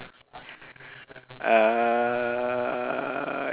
err